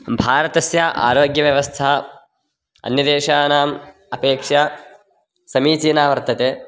भारतस्य आरोग्यव्यवस्था अन्यदेशानाम् अपेक्षा समीचीना वर्तते